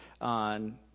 on